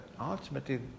ultimately